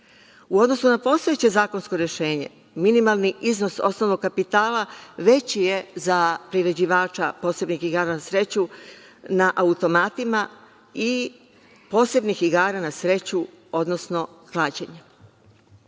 U odnosu na postojeće zakonsko rešenje minimalni iznos osnovnog kapitala veći je za priređivača posebnih igara na sreću na automatima i posebnih igara na sreću, odnosno klađenje. Novi